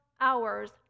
hours